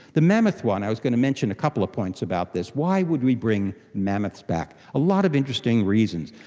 the mammoth one, i was going to mention a couple of points about this. why would we bring mammoths back? a lot of interesting reasons.